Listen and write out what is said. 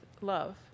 love